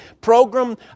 program